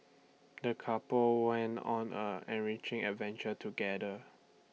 the couple went on an enriching adventure together